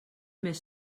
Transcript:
més